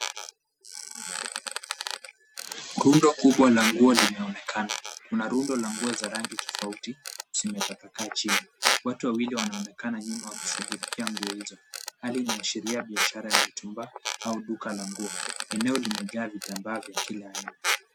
Rundo kubwa la nguo linaonekana. Kuna rundo la nguo za rangi tofauti zimetapakaa chini. Watu wawili wanaonekana nyuma wakishuhulikia nguo hizo. Hali inaashiria biashara ya mitumba au duka la nguo. Eneo limejaa vitambaa vya kila aina.